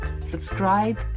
subscribe